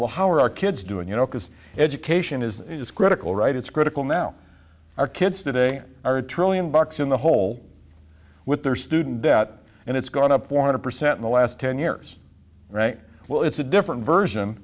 how are our kids doing you know because education is critical right it's critical now our kids today are a trillion bucks in the hole with their student debt and it's gone up four hundred percent in the last ten years all right well it's a different version